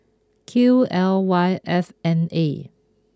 Q L Y F N eight